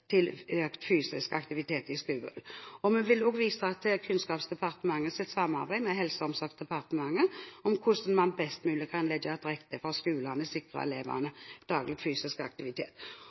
til økt fysisk aktivitet i skolen. Vi vil også vise til Kunnskapsdepartementets samarbeid med Helse- og omsorgsdepartementet om hvordan man best mulig kan legge til rette for at skolene sikrer elevene daglig fysisk aktivitet.